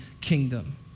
kingdom